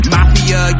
Mafia